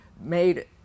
made